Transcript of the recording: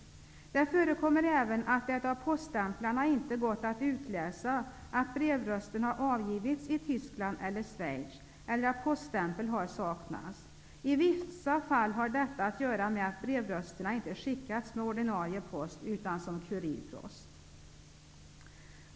Det förekommer även att det av postämplarna inte gått att utläsa att brevrösten har avgivit i Tyskland eller i Schweiz eller att poststämpel har saknats. I vissa fall har detta att göra med att brevrösterna inte har skickats med ordinarie post utan som kurirpost.